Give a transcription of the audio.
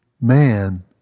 man